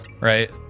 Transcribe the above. Right